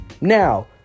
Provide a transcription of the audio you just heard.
Now